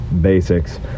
basics